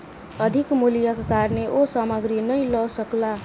अधिक मूल्यक कारणेँ ओ सामग्री नै लअ सकला